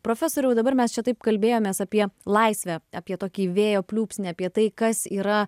profesoriau dabar mes čia taip kalbėjomės apie laisvę apie tokį vėjo pliūpsnį apie tai kas yra